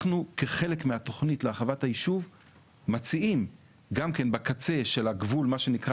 אנחנו כחלק מהתוכנית להרחבת היישוב מציעים גם כן בקצה של הגבול מה שנקרא